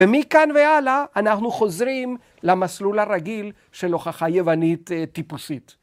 ומכאן והלאה אנחנו חוזרים למסלול הרגיל של הוכחה יוונית טיפוסית.